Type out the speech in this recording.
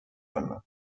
olnud